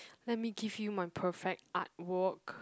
let me give you my perfect artwork